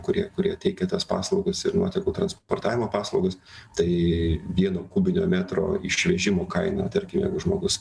kurie kurie teikia tas paslaugas ir nuotekų transportavimo paslaugas tai vieno kubinio metro išvežimo kaina tarkim jeigu žmogus